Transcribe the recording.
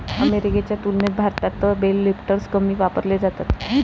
अमेरिकेच्या तुलनेत भारतात बेल लिफ्टर्स कमी वापरले जातात